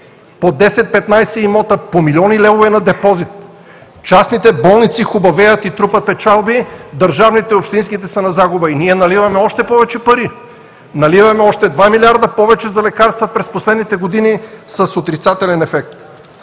по 10 – 15 имота, по милиони левове на депозит. Частните болници хубавеят и трупат печалби, държавните и общинските са на загуба и ние наливаме още повече пари, наливаме още 2 милиарда за лекарства през последните години с отрицателен ефект.